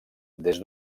des